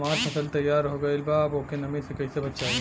हमार फसल तैयार हो गएल बा अब ओके नमी से कइसे बचाई?